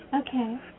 Okay